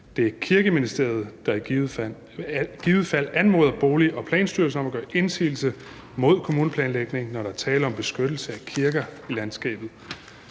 Det er Kirkeministeriet, der i givet fald anmoder Bolig- og Planstyrelsen om at gøre indsigelse mod kommuneplanlægningen, når der er tale om beskyttelse af kirker i landskabet.